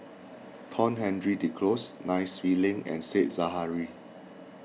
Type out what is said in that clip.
Tohn Henry Duclos Nai Swee Leng and Said Zahari